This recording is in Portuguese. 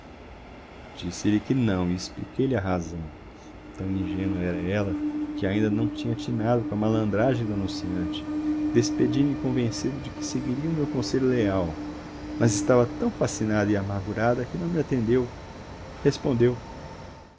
disse-lhe que não e expliquei-lhe a razão tão ingênua era ela que ainda não tinha atinado com a malandragem do anunciante despedi-me convencido de que seguiria o meu conselho leal mas estava tão fascinada e amargurada que não me atendeu respondeu